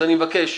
אני מבקש,